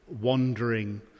wandering